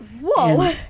whoa